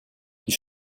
die